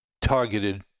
targeted